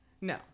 No